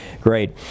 Great